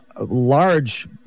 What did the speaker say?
large